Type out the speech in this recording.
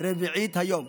רבעית היום,